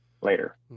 later